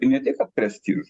ne tik kad prestiž